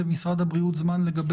לשם